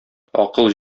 акыл